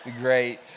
great